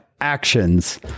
actions